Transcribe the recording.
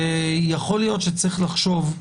יכול להיות שצריך לחשוב,